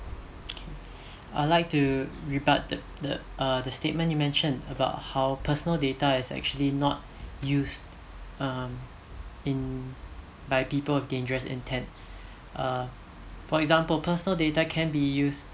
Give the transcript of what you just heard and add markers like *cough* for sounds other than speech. *noise* I'd like to rebut the the uh the statement you mention about how personal data is actually not used um in by people with dangerous intent uh for example personal data can be used